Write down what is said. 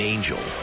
Angel